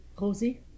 Rosie